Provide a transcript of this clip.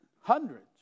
Hundreds